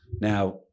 Now